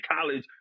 college